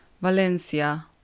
Valencia